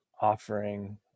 offering